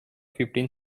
fifteen